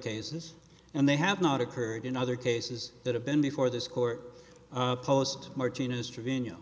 cases and they have not occurred in other cases that have been before this court post martina's trevanion